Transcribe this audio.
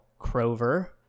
Crover